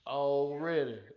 already